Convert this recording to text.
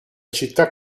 città